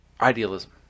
idealism